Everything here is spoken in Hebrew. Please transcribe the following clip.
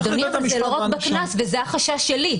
אדוני, אבל זה לא רק בקנס וזה החשש שלי.